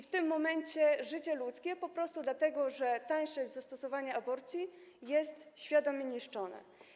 W tym momencie życie ludzkie, po prostu dlatego że tańsze jest zastosowanie aborcji, jest świadomie niszczone.